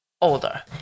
older